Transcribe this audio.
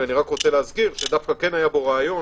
אני מזכיר שהיה רעיון